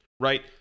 Right